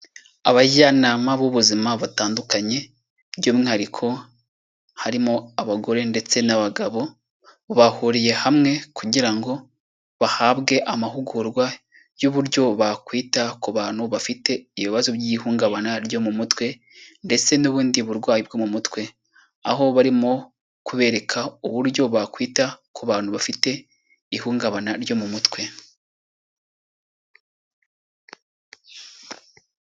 Abajyanama b'ubuzima batandukanye, by'umwihariko harimo abagore ndetse n'abagabo, bahuriye hamwe kugira ngo bahabwe amahugurwa y'uburyo bakwita ku bantu bafite ibibazo by'ihungabana ryo mu mutwe ndetse n'ubundi burwayi bwo mu mutwe. Aho barimo kubereka uburyo bakwita ku bantu bafite ihungabana ryo mu mutwe.